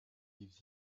leave